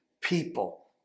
people